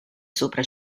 sopra